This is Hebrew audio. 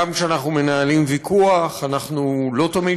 גם כשאנחנו מנהלים ויכוח אנחנו לא תמיד